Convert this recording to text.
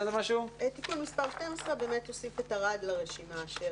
תיקון מספר 12 הוסיף את ערד לרשימה של